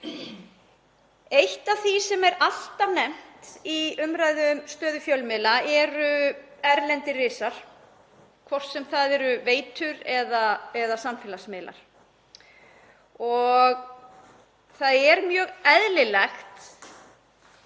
Eitt af því sem er alltaf nefnt í umræðu um stöðu fjölmiðla eru erlendir risar, hvort sem það eru veitur eða samfélagsmiðlar. Það er mjög eðlilegt